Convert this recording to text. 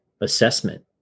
assessment